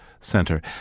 center